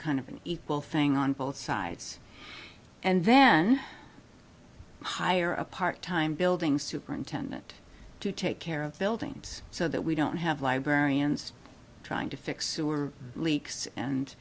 kind of an equal thing on both sides and then hire a part time building superintendent to take care of the buildings so that we don't have librarians trying to fix sewer leaks